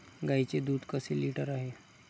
गाईचे दूध कसे लिटर आहे?